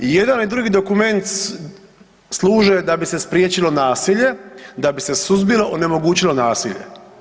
I jedan i drugi dokument služe da bi se spriječilo nasilje, da bi se suzbilo i onemogućilo nasilje.